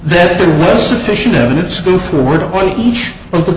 that there was sufficient evidence to forward on each of the